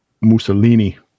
Mussolini